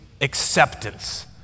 acceptance